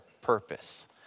purpose